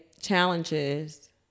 challenges